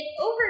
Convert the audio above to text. over